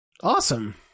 awesome